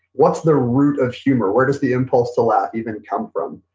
what's the root of humor? where does the impulse to laugh even come from?